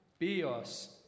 bios